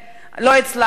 לא הצלחתי.